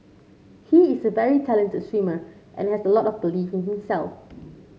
he is very talented swimmer and has a lot of belief in himself